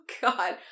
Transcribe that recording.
God